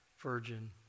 virgin